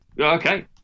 Okay